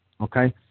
okay